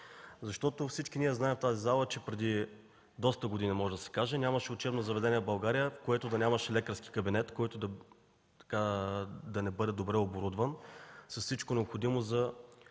кабинети. Всички ние в тази зала знаем, че преди доста години нямаше учебно заведение в България, в което да нямаше лекарски кабинет, който да не бъде добре оборудван с всичко необходимо за